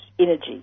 energy